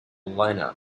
lineup